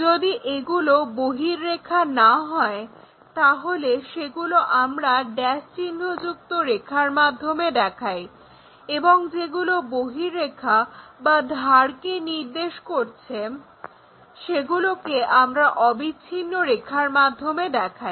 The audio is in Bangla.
যদি এগুলো বহিঃরেখা না হয় তাহলে সেগুলো আমরা ড্যাশ চিহ্ন যুক্ত রেখার মাধ্যমে দেখাই এবং যেগুলো বহিঃরেখা বা ধারকে নির্দেশ করে সেগুলোকে আমরা অবিচ্ছিন্ন রেখার মাধ্যমে দেখাই